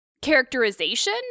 characterization